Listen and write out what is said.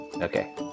Okay